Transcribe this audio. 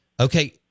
Okay